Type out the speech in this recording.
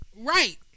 Right